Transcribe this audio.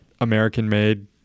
American-made